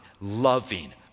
loving